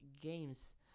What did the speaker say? games